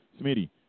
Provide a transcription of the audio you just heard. Smitty